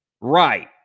Right